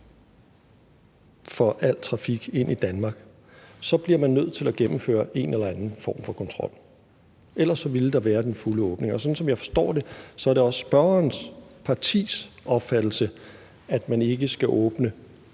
for al trafik ind i Danmark, så bliver man nødt til at gennemføre en eller anden form for kontrol. Ellers ville der være den fulde åbning, og sådan som jeg forstår det, er det også spørgerens partis opfattelse, at man ikke skal åbne